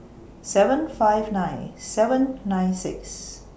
seven five nine seven nine six